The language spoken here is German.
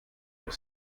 doch